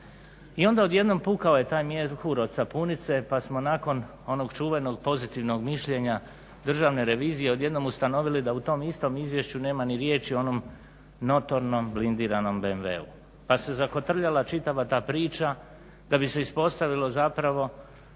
I onda odjednom pukao je taj mjehur od sapunice, pa smo nakon onog čuvenog pozitivnog mišljenja Državne revizije odjednom ustanovili da u tom istom izvješću nema ni riječi o onom notornom blindiranom BMW-u, pa se zakotrljala čitava ta priča da bi se ispostavilo zapravo